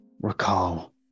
recall